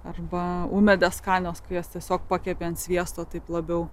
arba ūmėdes skanios kai jas tiesiog pakepė ant sviesto taip labiau